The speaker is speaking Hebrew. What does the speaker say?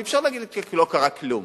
אי-אפשר להגיד: לא קרה כלום.